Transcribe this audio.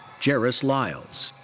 jairus lyles.